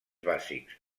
bàsics